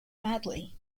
madly